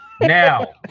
Now